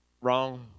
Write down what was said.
Wrong